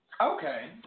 Okay